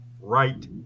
right